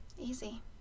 Easy